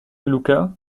luka